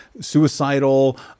suicidal